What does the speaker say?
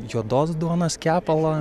juodos duonos kepalą